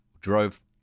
drove